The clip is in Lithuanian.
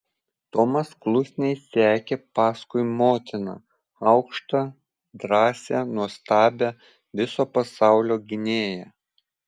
tomas klusniai sekė paskui motiną aukštą drąsią nuostabią viso pasaulio gynėją